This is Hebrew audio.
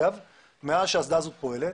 מאז שהאסדה הזאת פועלת,